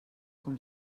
com